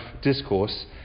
discourse